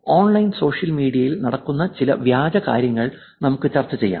online social മീഡിയയിൽ നടക്കുന്ന ചില വ്യാജ കാര്യങ്ങളും നമുക്ക് ചർച്ച ചെയ്യാം